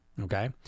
okay